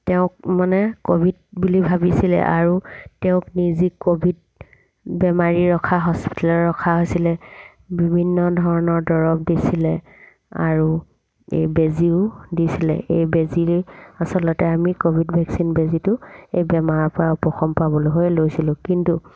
তেওঁক মানে ক'ভিড বুলি ভাবিছিলে আৰু তেওঁক নিজে ক'ভিড বেমাৰী ৰখা হস্পিটেলত ৰখা হৈছিলে বিভিন্ন ধৰণৰ দৰৱ দিছিলে আৰু এই বেজিও দিছিলে এই বেজি আচলতে আমি ক'ভিড ভেকচিন বেজিটো এই বেমাৰৰ পৰা উপশম পাবলৈ হে লৈছিলোঁ কিন্তু